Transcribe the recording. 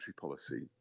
policy